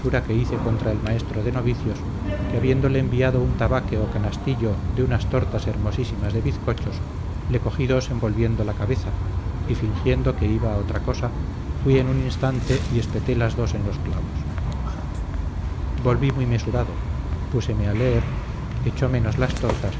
que hice contra el maestro de novicios que habiéndole enviado un tabaque o canastillo de unas tortas hermosísimas de bizcochos le cogí dos envolviendo la cabeza y fingiendo que iba a otra cosa fui en un instante y espeté las en los clavos volví muy mesurado púseme a leer echó menos las tortas